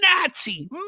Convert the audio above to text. Nazi